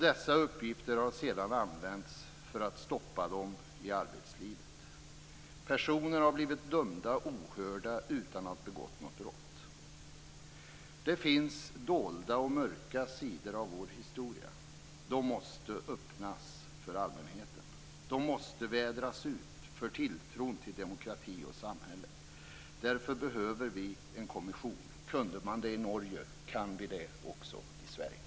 Dessa uppgifter har sedan använts för att stoppa dem i arbetslivet. Personer har blivit dömda ohörda utan att ha begått något brott. Det finns dolda och mörka sidor i vår historia. De måste öppnas för allmänheten. Det måste vädras ut för tilltron för demokrati och samhälle. Därför behöver vi en kommission. Kunde man det i Norge kan vi det också i Sverige.